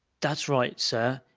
that's right, sir.